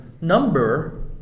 number